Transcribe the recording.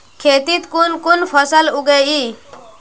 खेतीत कुन कुन फसल उगेई?